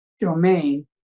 domain